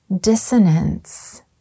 dissonance